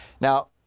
Now